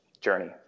journey